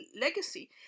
legacy